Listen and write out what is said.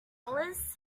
alice